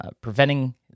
preventing